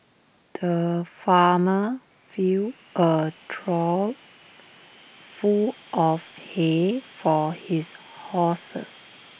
the farmer filled A trough full of hay for his horses